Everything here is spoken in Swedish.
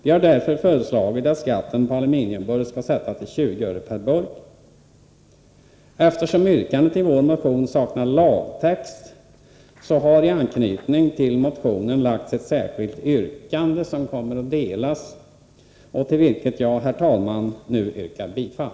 Vi har därför föreslagit att skatten på aluminiumburkar skall sättas till 20 öre per burk. Eftersom hemställan i vår motion 1983/84:2913 saknar förslag till lagtext, har i anknytning till motionen ställts ett särskilt yrkande, som kommer att delas i kammaren och till vilket jag, herr talman, nu yrkar bifall.